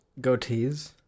Goatees